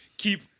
keep